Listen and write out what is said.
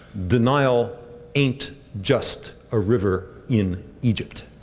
denial ain't just a river in egypt.